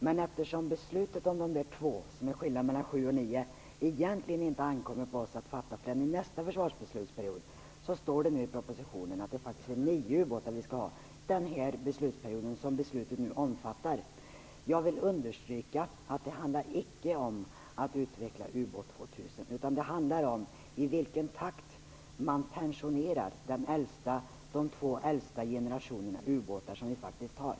Men eftersom beslutet om de två som är skillnaden mellan sju och nio egentligen inte ankommer på oss att fatta förrän i nästa försvarsbeslutsperiod står det nu i propositionen att det faktiskt är nio ubåtar vi skall ha under den beslutsperiod som det här beslutet omfattar. Jag vill understryka att det icke handlar om att utveckla ubåt 2 000. Det handlar om i vilken takt man pensionerar de två äldsta generationerna av de ubåtar som vi faktiskt har.